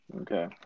Okay